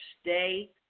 stay